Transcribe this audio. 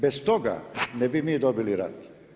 Bez toga, ne bi mi dobili rat.